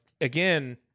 again